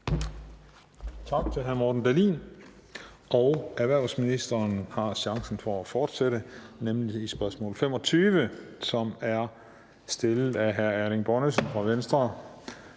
Tak til hr. Morten Dahlin. Erhvervsministeren har chancen for at fortsætte, nemlig i spørgsmål 25, som er stillet af hr. Erling Bonnesen fra Venstre,